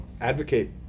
advocate